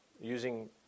using